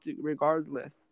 regardless